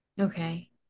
Okay